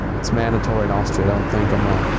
it's mandatory in austria, don't think i'm a,